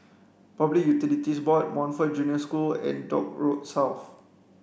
Public Utilities Board Montfort Junior School and Dock Road South